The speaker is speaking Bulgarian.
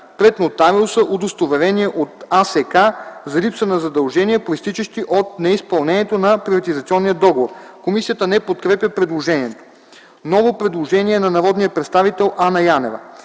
пред нотариуса удостоверение от АСК за липса на задължения, произтичащи от неизпълнение на приватизационния договор.” Комисията не подкрепя предложението. Ново предложение на народния представител Анна Янева: